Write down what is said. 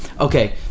okay